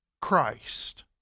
Christ